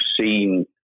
seen